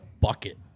bucket